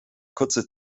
kurze